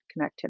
connectivity